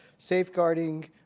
safeguarding,